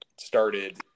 started